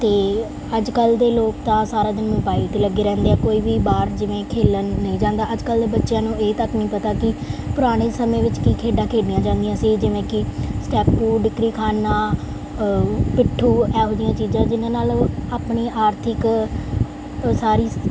ਅਤੇ ਅੱਜ ਕੱਲ੍ਹ ਦੇ ਲੋਕ ਤਾਂ ਸਾਰਾ ਦਿਨ ਮੋਬਾਇਲ 'ਤੇ ਲੱਗੇ ਰਹਿੰਦੇ ਆ ਕੋਈ ਵੀ ਬਾਹਰ ਜਿਵੇਂ ਖੇਡਣ ਨਹੀਂ ਜਾਂਦਾ ਅੱਜ ਕੱਲ੍ਹ ਦੇ ਬੱਚਿਆਂ ਨੂੰ ਇਹ ਤੱਕ ਨਹੀਂ ਪਤਾ ਕਿ ਪੁਰਾਣੇ ਸਮੇਂ ਵਿੱਚ ਕੀ ਖੇਡਾਂ ਖੇਡੀਆਂ ਜਾਂਦੀਆਂ ਸੀ ਜਿਵੇਂ ਕਿ ਸਟੈਪੂ ਡਿਕਰੀਖਾਨਾ ਪਿੱਠੂ ਇਹੋ ਜਿਹੀਆਂ ਚੀਜ਼ਾਂ ਜਿਹਨਾਂ ਨਾਲ ਆਪਣੀ ਆਰਥਿਕ ਸਾਰੀ